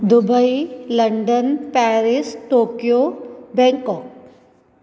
Dubai London Paris Tokyo Bangkok